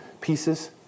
pieces